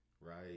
Right